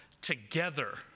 Together